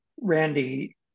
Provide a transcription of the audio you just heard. Randy